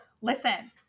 Listen